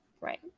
right